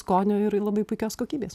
skonio ir labai puikios kokybės